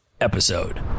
episode